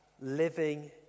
living